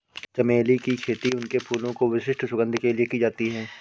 चमेली की खेती उनके फूलों की विशिष्ट सुगंध के लिए की जाती है